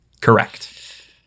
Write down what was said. Correct